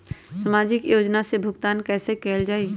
सामाजिक योजना से भुगतान कैसे कयल जाई?